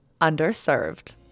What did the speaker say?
underserved